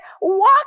walk